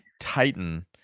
titan